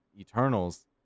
Eternals